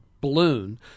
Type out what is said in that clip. balloon